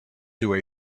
through